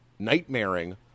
nightmaring